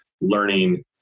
learning